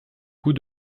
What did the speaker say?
coup